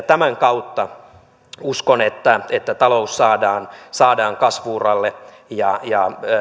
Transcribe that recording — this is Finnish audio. tämän kautta uskon että että talous saadaan saadaan kasvu uralle ja ja